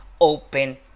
open